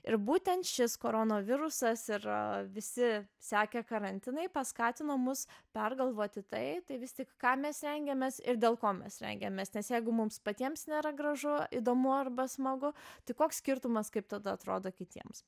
ir būtent šis koronavirusas yra visi sekė karantinai paskatino mus pergalvoti tai tai vis tik ką mes rengiamės ir dėl ko mes rengiamės nes jeigu mums patiems nėra gražu įdomu arba smagu tai koks skirtumas kaip tada atrodo kitiems